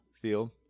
field